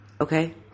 Okay